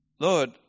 Lord